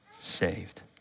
saved